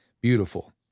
beautiful